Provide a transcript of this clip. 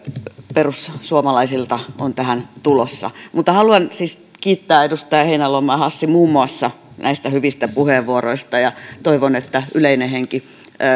perussuomalaisilta on tähän tulossa mutta haluan siis kiittää edustajia heinäluoma ja hassi muun muassa näistä hyvistä puheenvuoroista ja toivon että yleinen henki